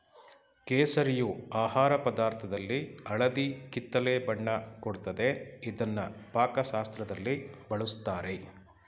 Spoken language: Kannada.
ಕೇಸರಿಯು ಆಹಾರ ಪದಾರ್ಥದಲ್ಲಿ ಹಳದಿ ಕಿತ್ತಳೆ ಬಣ್ಣ ಕೊಡ್ತದೆ ಇದ್ನ ಪಾಕಶಾಸ್ತ್ರದಲ್ಲಿ ಬಳುಸ್ತಾರೆ